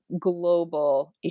global